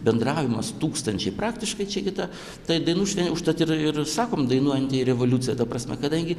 bendravimas tūkstančiai praktiškai čia gi ta tai dainų šven užtat ir ir sakom dainuojanti revoliucija ta prasme kadangi